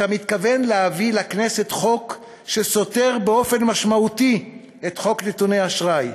אתה מתכוון להביא לכנסת חוק שסותר באופן משמעותי את חוק נתוני אשראי,